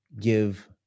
give